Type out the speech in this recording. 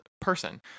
person